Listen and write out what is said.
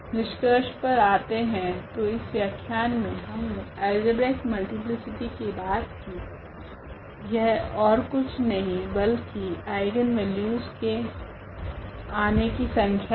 निष्कर्ष पर आते है तो इस व्याख्यान मे हमने अल्जेब्रिक मल्टीप्लीसिटी की बात की यह ओर कूछ नहीं बल्कि आइगनवेल्यू के आने की संख्या है